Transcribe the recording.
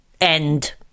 End